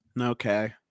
Okay